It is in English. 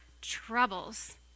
troubles